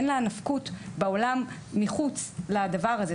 אין לה נפקות בעולם מחוץ לדבר הזה.